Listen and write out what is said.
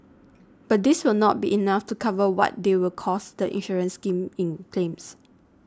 but this will not be enough to cover what they will cost the insurance scheme in claims